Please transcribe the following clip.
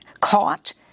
caught—